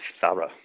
thorough